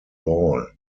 ball